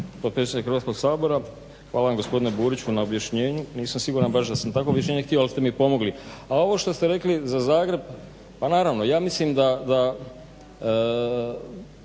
Hvala vam gospodine Buriću na objašnjenju nisam siguran da sam takvo objašnjenje htio ali ste mi pomogli. A ovo što ste rekli za Zagreb, pa naravno ja mislim da